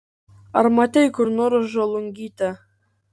ar matei kur nors žolungytę